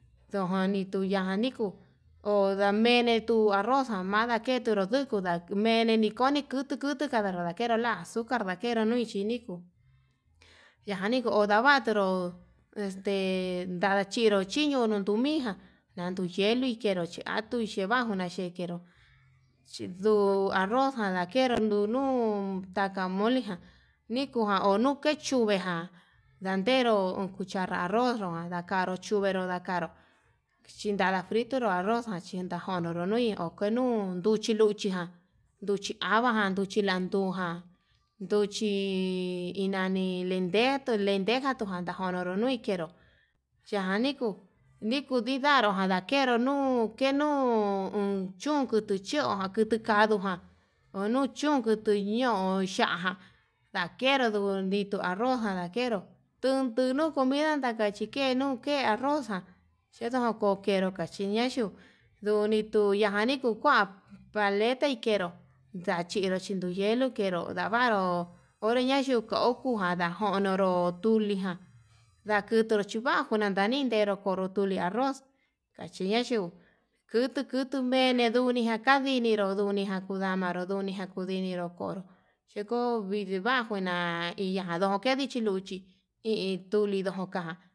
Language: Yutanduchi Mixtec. Nndojani tuyani kuu ho ndamenitu arroz amaduru ndakeru nuku ndai, meni nikon nikutu kutu kanro ndakero la azucar ndakenru nui chini kuu yani ho ndavaturu, este nada chinro chiñunu tuminjan ndayuyelui kenro chi atui cheva'a ndajuna xhenró chi arroz jan ndakero ndunu taka molijan oniku kechuvejan, ndakenro uun cuchara arroz ján ndakanru tuvenru ndakanru chinda fritoro arroz jan chí intajonoro noi okenuun nduchi luchi jan, nduchi avajan landujan nduchi hi nani ndetuu lenteja tajonoro luu likenró yajan nikuu, nikudidaro jan ndakero nuu kenu uun chun keto cho'o nakutu kaduu ján, unuchu kite ñin ño'o yajan, ndakeru nduni tuu arroz ján ndakeru tun tinuu nduken arroz ján xhenduu kachenru nduniayu, ndunitu ñajan niku kuan paleta ikenró ndachinru chinduu ihelo kenro ndavaru, onre ñandukau anda'a ndajonoro tuu tulijan ndakurudu chivaju konda ndute ndakero lo kune arroz, chiñayiu kutu kutu mene ndunijan navini nunijan kunamaro ndunijan kuniniró, ndiokoro yuko vilavajuina iñandoke ndichi luuchi hi hitudi luju ka'a.